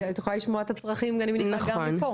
אז את יכולה לשמוע את הצרכים אני מניחה גם מפה.